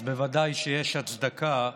אז ודאי שיש הצדקה,